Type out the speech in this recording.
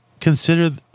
consider